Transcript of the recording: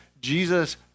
Jesus